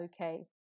okay